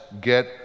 Get